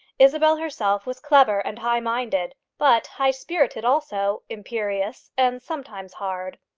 isabel herself was clever and high-minded but high-spirited also, imperious, and sometimes hard.